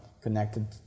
connected